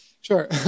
Sure